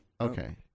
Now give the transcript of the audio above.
Okay